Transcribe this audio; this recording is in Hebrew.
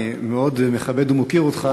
אני מאוד מכבד ומוקיר אותך,